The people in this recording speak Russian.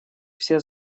все